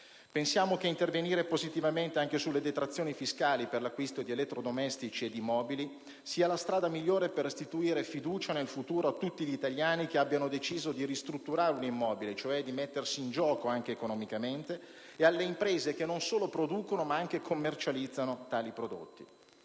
Pensiamo che intervenire positivamente anche sulle detrazioni fiscali per l'acquisto di elettrodomestici e di mobili sia la strada migliore per restituire fiducia nel futuro a tutti gli italiani che abbiano deciso di ristrutturare un immobile, cioè di mettersi in gioco anche economicamente, e alle imprese che producono e commercializzano tali prodotti.